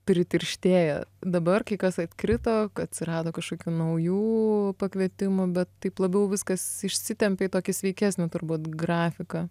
pritirštėję dabar kai kas atkrito atsirado kažkokių naujų pakvietimų bet taip labiau viskas išsitempė į tokį sveikesnį turbūt grafiką